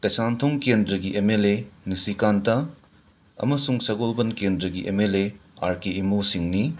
ꯀꯩꯁꯥꯝꯊꯣꯡ ꯀꯦꯟꯗ꯭ꯔꯒꯤ M L A ꯅꯤꯁꯤꯀꯥꯟꯇꯥ ꯑꯃꯁꯨꯡ ꯁꯒꯣꯜꯕꯟ ꯀꯦꯟꯗ꯭ꯔꯒꯤ M L A R K Imo ꯁꯤꯡꯅꯤ